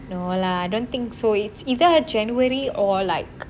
no lah I don't think so it's either january or like